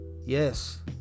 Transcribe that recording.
Yes